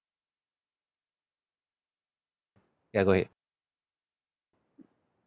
ya go ahead